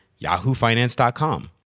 yahoofinance.com